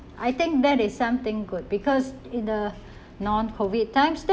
I think that is something good because in the non-COVID times